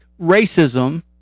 racism